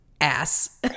ass